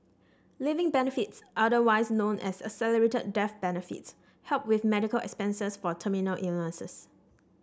living benefits otherwise known as accelerated death benefits help with medical expenses for terminal illnesses